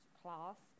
class